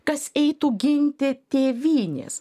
kas eitų ginti tėvynės